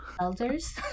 elders